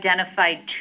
identified